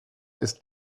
ist